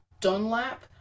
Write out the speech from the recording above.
Dunlap